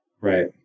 right